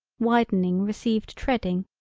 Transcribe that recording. widening received treading,